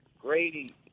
Grady